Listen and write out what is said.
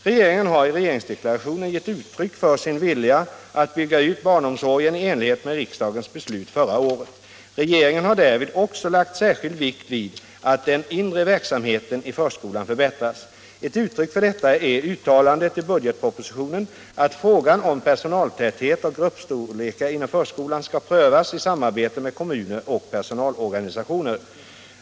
Regeringen har i regeringsdeklarationen gett uttryck för sin vilja att bygga ut barnomsorgen i enlighet med riksdagens beslut förra året. Regeringen har därvid också lagt särskild vikt vid att den inre verksamheten i förskolan förbättras. Ett uttryck för detta är uttalandet i budgetpropositionen att frågan om personaltäthet och gruppstorlekar inom förskolan skall prövas i samarbete med kommuner och personalorganisationer.